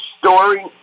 story